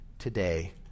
today